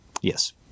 yes